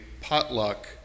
potluck